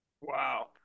wow